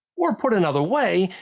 or put another way,